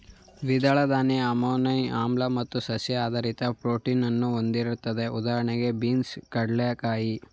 ದ್ವಿದಳ ಧಾನ್ಯ ಅಮೈನೋ ಆಮ್ಲ ಮತ್ತು ಸಸ್ಯ ಆಧಾರಿತ ಪ್ರೋಟೀನನ್ನು ಹೊಂದಿರ್ತದೆ ಉದಾಹಣೆಗೆ ಬೀನ್ಸ್ ಕಡ್ಲೆಕಾಯಿ